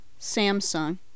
Samsung